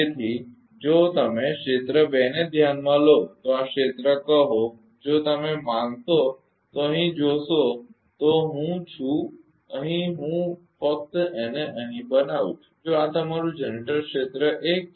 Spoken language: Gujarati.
તેથી જો તમે ક્ષેત્ર 2 ને ધ્યાનમાં લો તો આ ક્ષેત્ર કહો જો તમે માનશો તો અહીં જોશો તો હું છું અહીં હું ફક્ત તેને અહીં બનાવું છું જો આ તમારું જનરેટર ક્ષેત્ર 1 છે